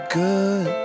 good